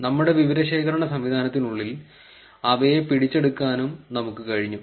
നമ്മുടെ വിവരശേഖരണ സംവിധാനത്തിലുള്ളിൽ അവയെ പിടിച്ചെടുക്കാനും നമുക്ക് കഴിഞ്ഞു